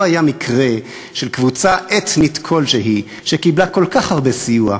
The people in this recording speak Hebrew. לא היה מקרה של קבוצה אתנית כלשהי שקיבלה כל כך הרבה סיוע,